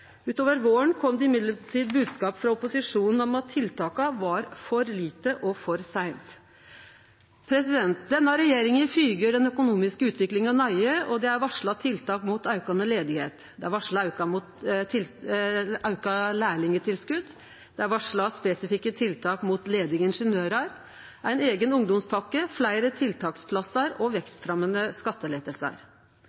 Utover våren kom det likevel bodskap frå opposisjonen om at tiltaka var for lite, for seint. Denne regjeringa følgjer den økonomiske utviklinga nøye, og det er varsla tiltak mot aukande ledigheit. Det er varsla auka lærlingtilskott, spesifikke tiltak for ledige ingeniørar, ein eigen ungdomspakke, fleire tiltaksplassar og